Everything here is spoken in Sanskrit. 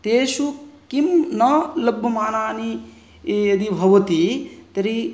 तेषु किं न लभ्यमानानि यदि भवति तर्हि